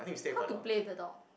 how to play with the dog